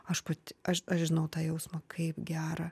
aš pati aš aš žinau tą jausmą kaip gera